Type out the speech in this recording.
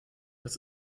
das